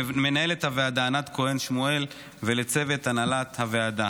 למנהלת הוועדה ענת כהן שמואל ולצוות הנהלת הוועדה.